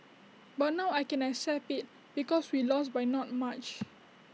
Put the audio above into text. but now I can accept IT because we lost by not much